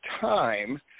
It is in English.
time